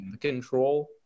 Control